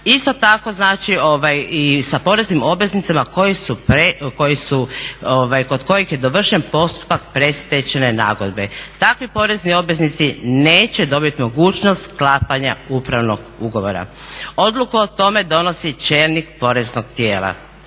Isto tako znači i sa poreznim obveznicima koji su, kod kojih je dovršen postupak predstečajne nagodbe. Takvi porezni obveznici neće dobiti mogućnost sklapanja upravnog ugovora. Odluku o tome donosi čelnik poreznog tijela,